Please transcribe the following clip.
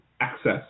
access